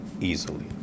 easily